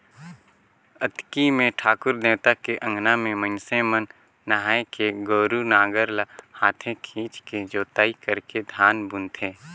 अक्ती मे ठाकुर देवता के अंगना में मइनसे मन नहायके गोरू नांगर ल हाथे खिंचके जोताई करके धान बुनथें